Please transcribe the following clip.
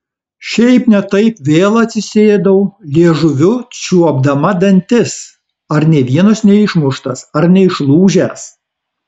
šiaip ne taip vėl atsisėdau liežuviu čiuopdama dantis ar nė vienas neišmuštas ar neišlūžęs